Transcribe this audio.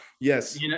yes